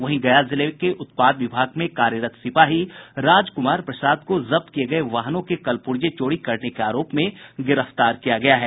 वहीं गया जिले के उत्पाद विभाग में कार्यरत सिपाही राजकुमार प्रसाद को जब्त किये गये वाहनों के कलपुर्जे चोरी करने के आरोप में गिरफ्तार कर लिया गया है